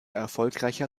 erfolgreicher